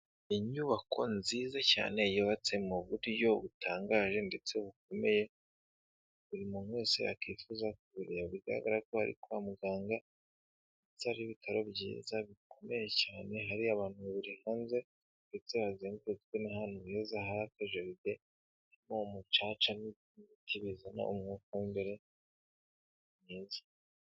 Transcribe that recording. Inyubako nziza cyane yubatse mu buryo butangaje ndetse bukomeye, buri muntu wese yakifuza kubireba, bigaragara ko ari kwa muganga, cyangwa ibitaro byiza bikomeye cyane hari abantu bari hanze, ndetse hazengurutswe n'ahantu heza, hari ajaride n'umucaca bizana umwuka w'imbere mwiza.